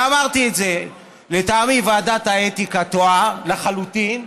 ואמרתי את זה: לטעמי ועדת האתיקה טועה לחלוטין,